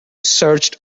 searched